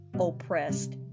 oppressed